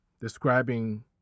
describing